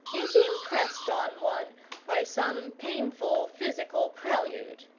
is impressed on one by some painful physical prelude.